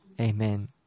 Amen